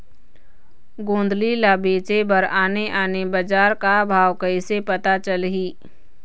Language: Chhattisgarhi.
गोंदली ला बेचे बर आने आने बजार का भाव कइसे पता चलही?